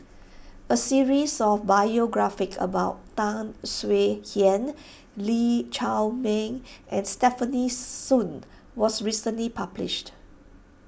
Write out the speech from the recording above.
a series of biographies about Tan Swie Hian Lee Chiaw Meng and Stefanie Sun was recently published